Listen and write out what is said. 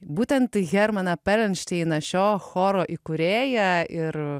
būtent hermaną perelšteiną šio choro įkūrėją ir